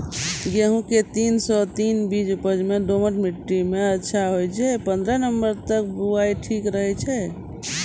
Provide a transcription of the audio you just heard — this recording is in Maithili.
गेहूँम के तीन सौ तीन बीज उपज मे दोमट मिट्टी मे अच्छा होय छै, पन्द्रह नवंबर तक बुआई ठीक रहै छै